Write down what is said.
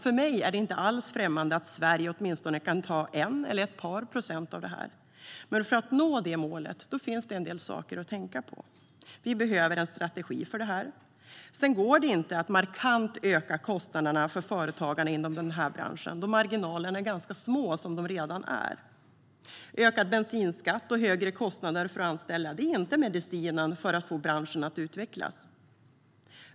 För mig är det inte alls främmande att Sverige åtminstone kan ta en eller ett par procent av detta. Men för att nå målet finns en del saker att tänka på. Vi behöver en strategi för det här. Sedan går det inte att markant öka kostnaderna för företagarna inom den här branschen, då marginalerna är ganska små som de redan är. Ökad bensinskatt och högre kostnader för att anställa är inte medicinen för att få branschen att utvecklas.